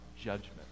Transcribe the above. judgment